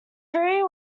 theory